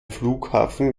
flughafen